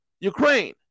Ukraine